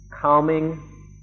calming